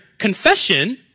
Confession